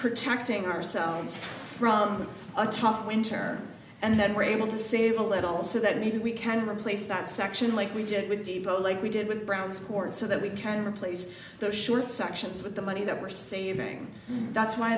protecting ourselves from a tough winter and then we're able to save a little so that maybe we can replace that section like we did with people like we did with brown scored so that we can replace those short sections with the money that we're saving that's why